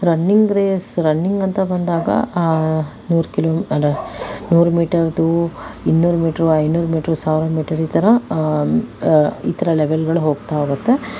running race running ಅಂತ ಬಂದಾಗ ನೂರು ಕಿಲೊ ನೂರು ಮೀಟರ್ದು ಇನ್ನೂರು ಮೀಟರ್ ವಾ ಐನೂರು ಮೀಟರ್ ಸಾವಿರ ಮೀಟರ್ ಈ ಥರ ಈ ಥರ ಲೆವೆಲ್ಗಳು ಹೋಗ್ತಾ ಹೋಗತ್ತೆ